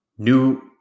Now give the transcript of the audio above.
New